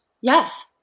Yes